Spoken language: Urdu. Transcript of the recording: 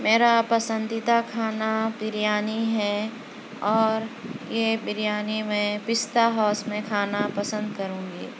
میرا پسندیدہ کھانا بریانی ہے اور یہ بریانی میں پستہ ہاؤس میں کھانا پسند کرونگی